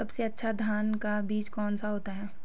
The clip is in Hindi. सबसे अच्छा धान का बीज कौन सा होता है?